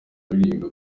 aririmba